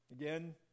again